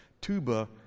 tuba